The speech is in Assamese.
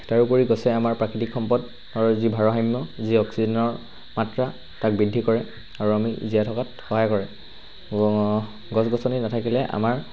তাৰোপৰি গছে আমাৰ প্ৰাকৃতিক সম্পদ যি ভাৰাসাম্য আৰু যি অক্সিজেনৰ মাত্ৰা তাক বৃদ্ধি কৰে আৰু আমি জীয়াই থকাত সহায় কৰে গছ গছনি নাথাকিলে আমাৰ